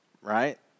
Right